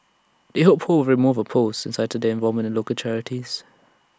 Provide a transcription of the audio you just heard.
they hope ho will remove her post and cited their involvement in local charities